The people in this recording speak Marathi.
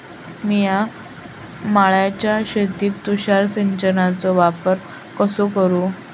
मिया माळ्याच्या शेतीत तुषार सिंचनचो वापर कसो करू?